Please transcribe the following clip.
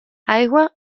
aigua